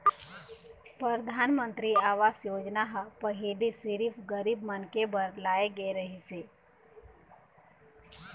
परधानमंतरी आवास योजना ह पहिली सिरिफ गरीब मनखे बर लाए गे रहिस हे